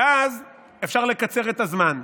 ואז אפשר לקצר את הזמן.